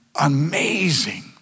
amazing